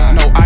no